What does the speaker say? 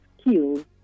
skills